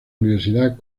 universidad